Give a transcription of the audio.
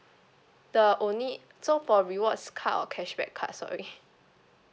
the only so for rewards card or cashback cards sorry